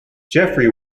jeffrey